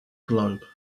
globe